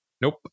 Nope